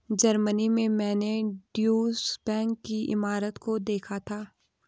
Germany में मैंने Deutsche Bank की इमारत को देखा था